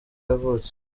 yavutse